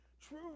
True